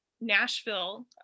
nashville